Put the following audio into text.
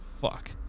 fuck